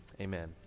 Amen